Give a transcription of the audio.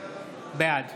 בעד